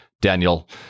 Daniel